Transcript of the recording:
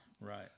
Right